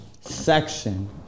section